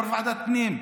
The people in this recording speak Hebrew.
יו"ר ועדת הפנים,